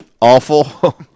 awful